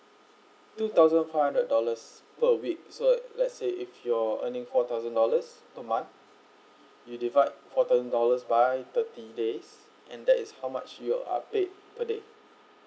two thousand four hundred dollars per week so let say if your earning four thousand dollars per month you divide four thousand dollars by thirty days and that is how much you are paid per day